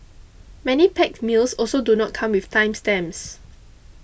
many packed meals also do not come with time stamps